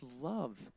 love